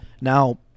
Now